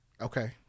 Okay